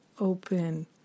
open